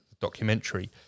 documentary